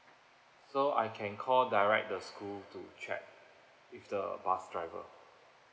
so I can call direct the school to check with the bus driver